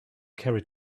carried